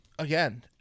Again